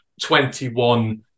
21